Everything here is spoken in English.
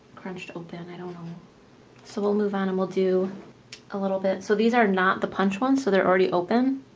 crunched open. i don't know so we'll move on and we'll do a little bit so these are not the punch ones so they're already open.